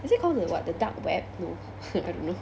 is it called the what the dark web no I don't know